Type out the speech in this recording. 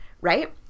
Right